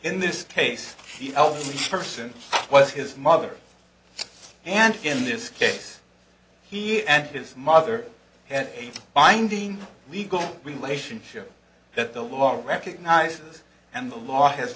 in this case the person was his mother and in this case he and his mother had a binding legal relationship that the law recognizes and the law has